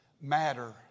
matter